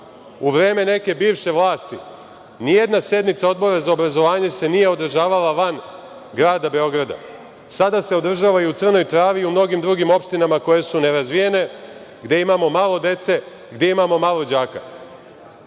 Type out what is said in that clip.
U vreme neke bivše vlasti ni jedna sednica Odbora za obrazovanje se nije održavala van Grada Beograda. Sada se održava i u Crnoj Travi i u mnogim drugim opštinama koje su nerazvijene, gde imamo malo dece, gde imamo malo đaka.